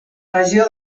regió